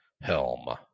Helm